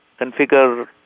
configure